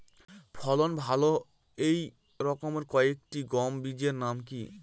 ফলন ভালো এই রকম কয়েকটি গম বীজের নাম কি?